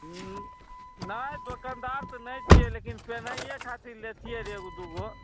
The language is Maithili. नहि दोकनदार तऽ नहि छियै लेकिन पेन्हैये खातिर लेतियै रए एगो दूगो